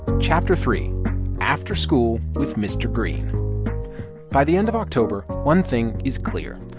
chapter three after school with mr. greene by the end of october, one thing is clear.